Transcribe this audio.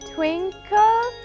Twinkle